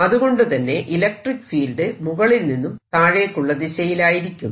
അതുകൊണ്ടുതന്നെ electric field മുകളിൽ നിന്നും താഴേക്കുള്ള ദിശയിലായിരിക്കും